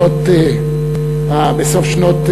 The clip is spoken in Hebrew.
בסוף שנות,